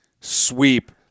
sweep